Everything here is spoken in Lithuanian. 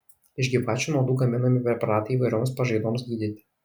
iš gyvačių nuodų gaminami preparatai įvairioms pažaidoms gydyti